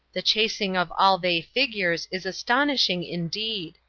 the chasing of all they figures is astonishing' indeed.